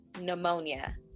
pneumonia